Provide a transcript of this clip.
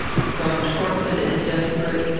from torpid and desperate,